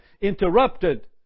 interrupted